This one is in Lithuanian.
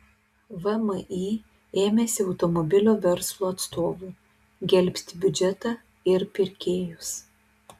vmi ėmėsi automobilių verslo atstovų gelbsti biudžetą ir pirkėjus